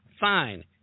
Fine